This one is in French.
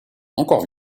encore